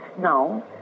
Now